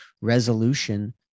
resolution